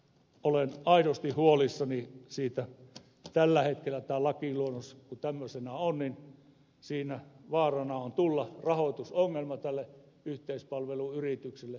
olen aidosti huolissani siitä että kun tämä lakiluonnos tällä hetkellä tämmöisenä on siinä vaarana on tulla rahoitusongelma tälle yleispalveluyritykselle